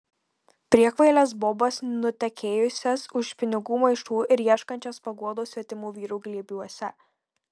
priekvailes bobas nutekėjusias už pinigų maišų ir ieškančias paguodos svetimų vyrų glėbiuose